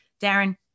Darren